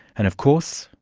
and of course,